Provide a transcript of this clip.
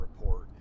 report